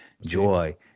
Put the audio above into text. joy